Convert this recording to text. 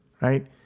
right